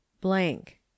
blank